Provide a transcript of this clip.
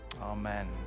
Amen